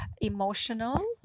emotional